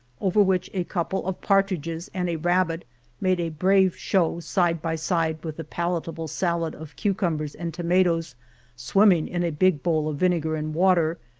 over which a couple of partridges and a rabbit made a brave show side by side with the palatable salad of cucumbers and tomatoes swimming in a big bowl of vinegar and water,